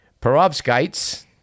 perovskites